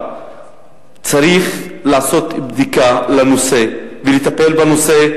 צריך לעשות בדיקה בנושא ולטפל בנושא,